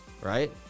Right